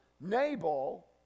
Nabal